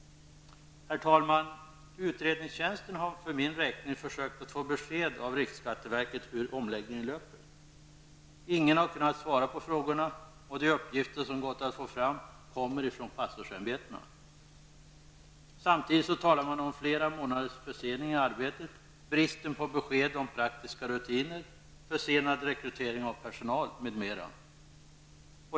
Herr talman! Utredningstjänsten har för min räkning försökt att få besked av riksskatteverket hur omläggningen löper. Ingen har kunnat svara på frågorna. De uppgifter som gått att få fram kommer från pastorsämbetena. Samtidigt talas om flera månaders försening i arbetet, brist på besked om praktiska rutiner, försenad rekrytering av personal m.m.